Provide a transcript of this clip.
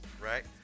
right